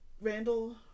Randall